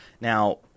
Now